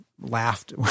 laughed